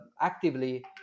actively